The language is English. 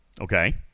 Okay